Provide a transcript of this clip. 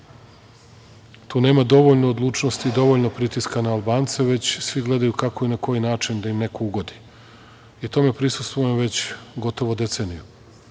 tu nema dovoljno odlučnosti, dovoljno pritiska na Albance, već svi gledaju kako i na koji način da im neko ugodi i tome prisustvujem već gotovo decenijama,